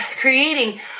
creating